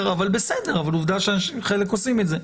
אבל בסדר, עובדה שחלק עושים את זה.